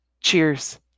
Cheers